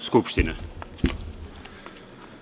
Skupštine.